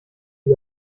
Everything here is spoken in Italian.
gli